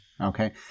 Okay